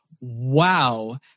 wow